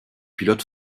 pilotes